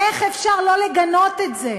איך אפשר שלא לגנות את זה?